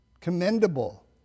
commendable